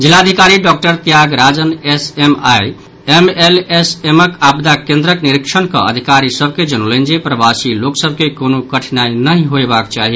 जिलाधिकारी doctor Tyag Rajan S M I एमएलएसएमक आपदा केन्द्रक निरीक्षण कऽ अधिकारी सभ के जनौलनि जे प्रवासी लोक सभ के कोनो कठिनाई नहि होयबाक चाहि